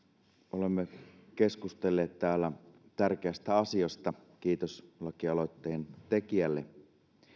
olemme keskustelleet täällä tärkeästä asiasta kiitos lakialoitteen tekijälle